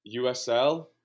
USL